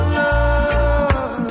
love